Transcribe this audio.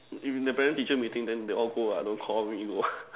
if in the parent teacher meeting they all go ah don't Call me go